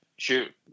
shoot